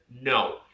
No